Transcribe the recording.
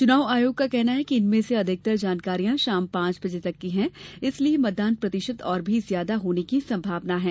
चुनाव आयोग का कहना है कि इनमें से अधिकतर जानकारियां शाम पांच बजे तक की है इसलिये मतदान प्रतिशत और भी ज्यादा होने की संभावना है